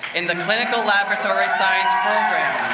in the clinical laboratory science program.